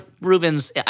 Rubens